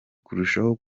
kurushaho